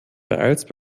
beeilst